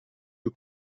een